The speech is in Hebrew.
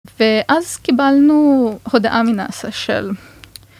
ואז קיבלנו הודעה מנאס"א של